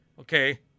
Okay